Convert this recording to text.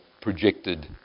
projected